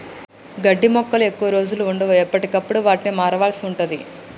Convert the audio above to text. గడ్డి మొక్కలు ఎక్కువ రోజులు వుండవు, ఎప్పటికప్పుడు వాటిని మార్వాల్సి ఉంటది